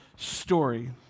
story